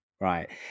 right